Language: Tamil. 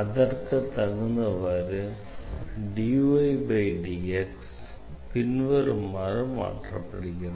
அதற்கு தகுந்தவாறு பின்வருமாறு மாற்றப்படுகிறது